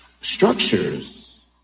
structures